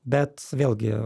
bet vėlgi